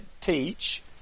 teach